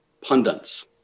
pundits